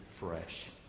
fresh